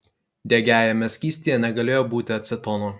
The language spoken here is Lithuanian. degiajame skystyje negalėjo būti acetono